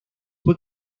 fue